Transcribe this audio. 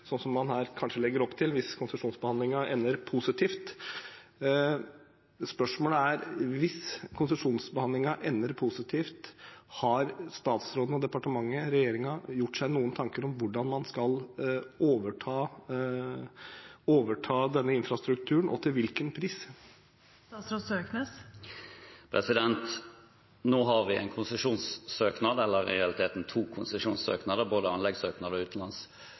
her kanskje legger opp til hvis konsesjonsbehandlingen ender positivt. Spørsmålet er: Hvis konsesjonsbehandlingen ender positivt, har statsråden, departementet og regjeringen gjort seg noen tanker om hvordan man skal overta denne infrastrukturen, og til hvilken pris? Nå har vi en konsesjonssøknad – eller i realiteten to, både anleggssøknad og